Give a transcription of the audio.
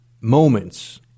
moments